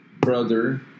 brother